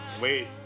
wait